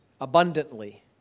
Abundantly